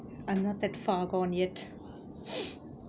I'm not that far gone yet